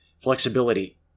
flexibility